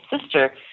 sister